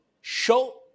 show